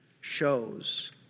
shows